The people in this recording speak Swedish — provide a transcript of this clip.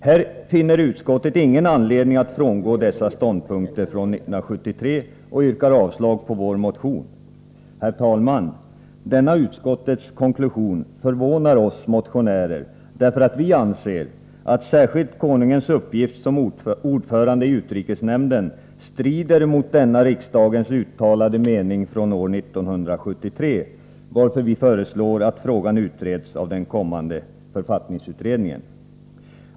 Här finner utskottet ingen anledning att frångå dessa ståndpunkter från 1973 och yrkar avslag på vår motion. Herr talman! Denna utskottets konklusion förvånar oss motionärer, därför att vi anser att särskilt konungens uppgift som ordförande i utrikesnämnden strider mot denna riksdagens uttalade mening från år 1973, varför vi föreslår att frågan utreds av den kommande författningsutredningen.